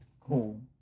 cool